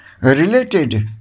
related